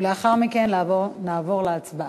ולאחר מכן נעבור להצבעה.